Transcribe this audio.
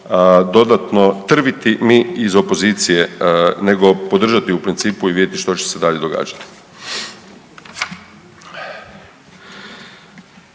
dodatno trviti mi iz opozicije nego podržati u principu i vidjeti što će se dalje događati.